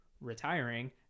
retiring